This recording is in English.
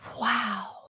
Wow